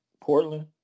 Portland